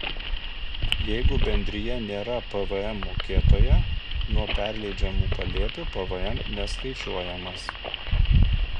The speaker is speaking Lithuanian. jeigu bendrija nėra pvm mokėtoja nuo perleidžiamų palėpių pvm neskaičiuojamas